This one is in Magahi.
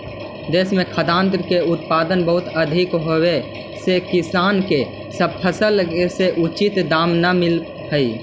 देश में खाद्यान्न के उत्पादन बहुत अधिक होवे से किसान के फसल के उचित दाम न मिलित हइ